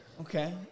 Okay